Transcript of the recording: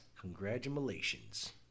congratulations